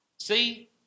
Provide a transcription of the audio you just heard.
See